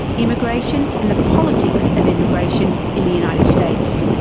immigration and the politics of immigration in the united states.